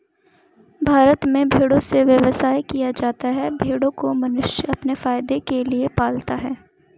भारत में भेड़ों से व्यवसाय किया जाता है भेड़ों को मनुष्य अपने फायदे के लिए पालता है